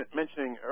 mentioning